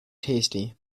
tasty